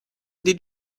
did